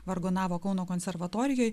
vargonavo kauno konservatorijoje